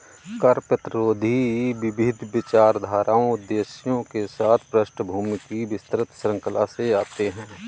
कर प्रतिरोधी विविध विचारधाराओं उद्देश्यों के साथ पृष्ठभूमि की विस्तृत श्रृंखला से आते है